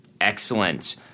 Excellent